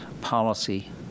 policy